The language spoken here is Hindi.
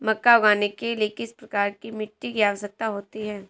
मक्का उगाने के लिए किस प्रकार की मिट्टी की आवश्यकता होती है?